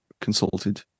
consulted